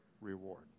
reward